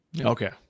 Okay